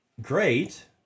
great